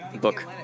book